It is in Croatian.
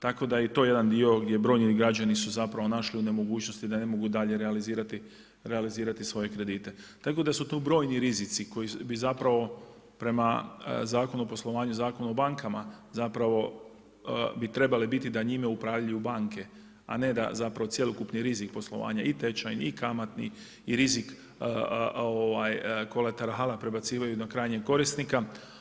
Tako da je i to jedan dio gdje brojni građani su zapravo našli u nemogućnosti da ne mogu dalje realizirati svoje kredite, tako da su tu brojni rizici koji bi zapravo prema Zakonu o poslovanju, Zakonu o bankama zapravo bi trebale biti da njime upravljaju banke, a ne da zapravo cjelokupni rizik poslovanja i tečajni i kamatni i rizik kolaterala prebacivaju na krajnjeg korisnika.